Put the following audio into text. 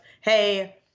hey